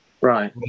right